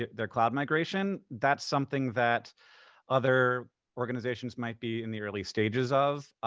their cloud migration. that's something that other organizations might be in the early stages of.